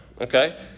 Okay